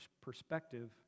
perspective